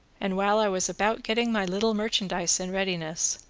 and while i was about getting my little merchandize in readiness,